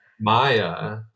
maya